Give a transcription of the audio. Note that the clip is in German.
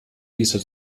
dieser